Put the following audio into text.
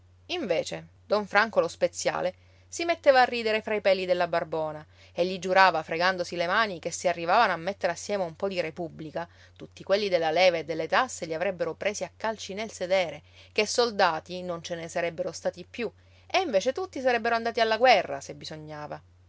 invece don franco lo speziale si metteva a ridere fra i peli della barbona e gli giurava fregandosi le mani che se arrivavano a mettere assieme un po di repubblica tutti quelli della leva e delle tasse li avrebbero presi a calci nel sedere ché soldati non ce ne sarebbero stati più e invece tutti sarebbero andati alla guerra se bisognava